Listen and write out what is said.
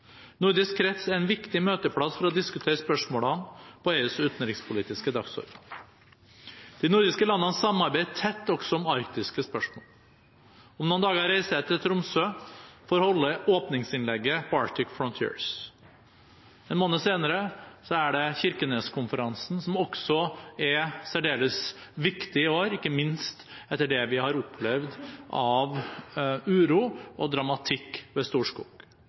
Nordisk krets er en viktig møteplass for å diskutere spørsmålene på EUs utenrikspolitiske dagsorden. De nordiske landene samarbeider tett også om arktiske spørsmål. Om noen dager reiser jeg til Tromsø for å holde åpningsinnlegget på Arctic Frontiers. En måned senere er det Kirkeneskonferansen, som er særdeles viktig i år, ikke minst etter det vi har opplevd av uro og dramatikk ved Storskog.